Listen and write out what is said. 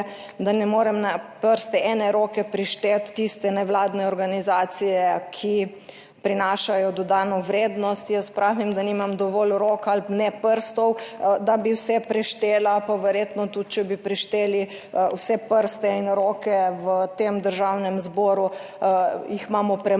da ne morem na prste ene roke prešteti tiste nevladne organizacije, ki prinašajo dodano vrednost. Jaz pravim, da nimam dovolj rok ali pa ne prstov, da bi vse preštela, pa verjetno tudi če bi prešteli vse prste in roke v tem Državnem zboru, jih imamo premalo,